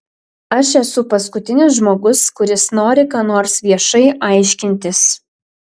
aš esu paskutinis žmogus kuris nori ką nors viešai aiškintis